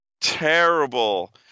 terrible